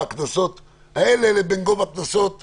הקנסות האלה לבין גובה הקנסות הרגילים,